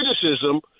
criticism